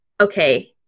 Okay